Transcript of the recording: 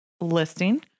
listing